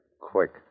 Quick